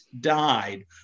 died